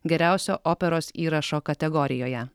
geriausio operos įrašo kategorijoje